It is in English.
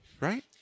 Right